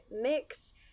mix